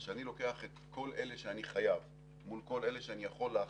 אז כשאני לוקח את כל אלה שאני חייב מול כל אלה שאני יכול להחליף,